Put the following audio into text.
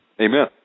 Amen